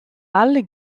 alle